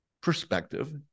perspective